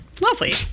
Lovely